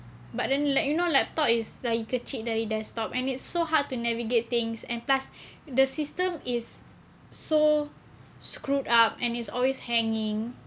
but then like you know laptop is so kecil dari desktop and it's so hard to navigate things and plus the system is so screwed up and is always hanging